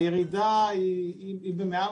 הירידה היא מעל